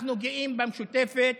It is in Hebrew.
אנחנו גאים במשותפת